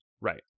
right